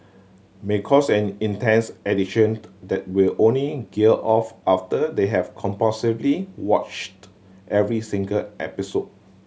may cause an intense addiction that will only gear off after they have compulsively watched every single episode